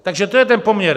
Takže to je ten poměr.